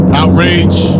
outrage